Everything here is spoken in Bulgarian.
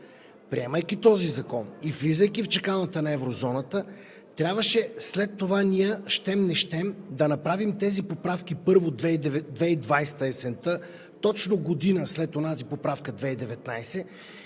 Приемайки този закон и влизайки в чакалнята на еврозоната, трябваше след това ние, щем – не щем, да направим тези поправки, първо, 2020 г. есента – точно година след онази поправка 2019